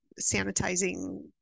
sanitizing